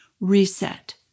Reset